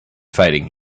fighting